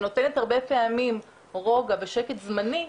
שנותן הרבה פעמים רוגע ושקט זמני,